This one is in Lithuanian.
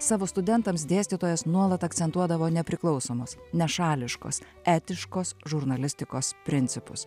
savo studentams dėstytojas nuolat akcentuodavo nepriklausomos nešališkos etiškos žurnalistikos principus